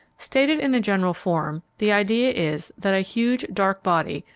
stated in a general form, the idea is that a huge dark body,